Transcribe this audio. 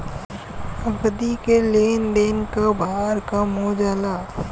नगदी के लेन देन क भार कम हो जाला